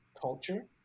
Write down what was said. culture